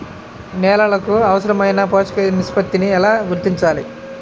నేలలకు అవసరాలైన పోషక నిష్పత్తిని ఎలా గుర్తించాలి?